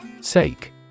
Sake